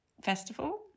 festival